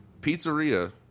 Pizzeria